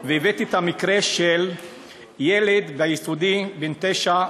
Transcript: והבאתי את המקרה של ילד ביסודי, בן תשע,